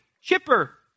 chipper